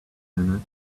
minute